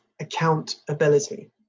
accountability